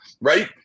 right